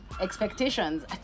expectations